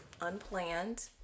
unplanned